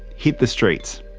hit the streets.